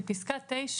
בפסקה (9),